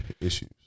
issues